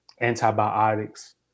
antibiotics